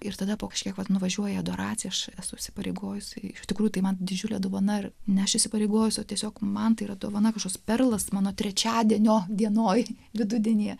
ir tada paaiškėja kad nuvažiuoji adoraciją aš esu įsipareigojusi iš tikrųjų tai man didžiulė dovana nešėsi pareigos o tiesiog man tai yra dovana kažkas perlas mano trečiadienio dienoje vidudienyje